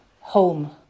home